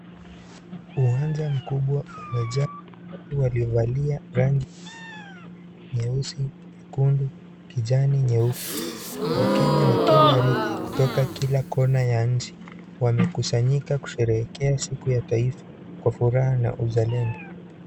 Uwanja mkubwa umejaa watu waliovalia rangi nyeusi, nyekundu, kijani, nyeupe, wakenya wa kila rika kutoka kila kona ya nchi wamekusanyika kusheherekea siku ya taifa kwa furaha na uzalendo.